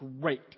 Great